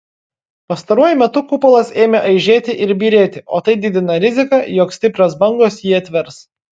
pastaruoju metu kupolas ėmė aižėti ir byrėti o tai didina riziką jog stiprios bangos jį atvers